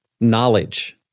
knowledge